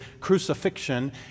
crucifixion